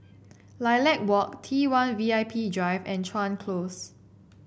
Lilac Walk T one V I P Drive and Chuan Close